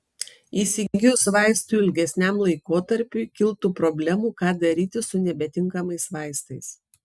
įsigijus vaistų ilgesniam laikotarpiui kiltų problemų ką daryti su nebetinkamais vaistais